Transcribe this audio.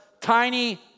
tiny